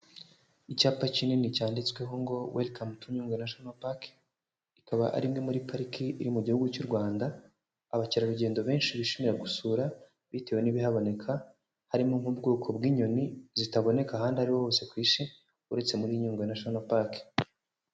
Icyapa kinini cyanditsweho ngo, welikamu tu Nyungwe nashono paki, ikaba ari imwe muri pariki iri mu gihugu cy'u Rwanda, abakerarugendo benshi bishimira gusura bitewe n'ibihaboneka, harimo nk'ubwoko bw'inyoni, zitaboneka ahandi ari hose ku Isi, uretse muri Nyugwe nashono paki.